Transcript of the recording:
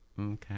Okay